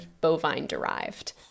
bovine-derived